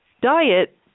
Diet